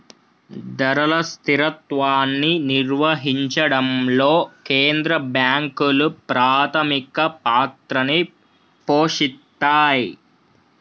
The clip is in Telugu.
ధరల స్థిరత్వాన్ని నిర్వహించడంలో కేంద్ర బ్యాంకులు ప్రాథమిక పాత్రని పోషిత్తాయ్